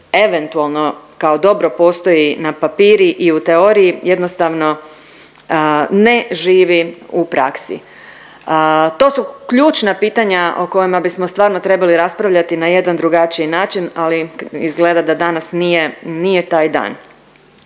eventualno kao dobro postoji i na papir i u teoriji jednostavno ne živi u praksi. To su ključna pitanja o kojima bismo stvarno trebali raspravljati na jedan drugačiji način, ali izgleda da danas nije taj dan.